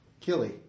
Killy